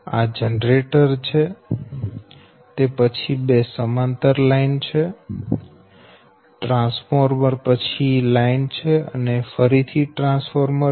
આ જનરેટર છે પછી બે સમાંતર લાઈન છે ટ્રાન્સફોર્મર પછી લાઈન છે અને ફરીથી ટ્રાન્સફોર્મર છે